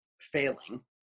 failing